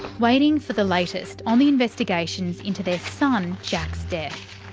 waiting for the latest on the investigations into their son jack's death.